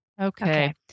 Okay